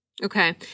Okay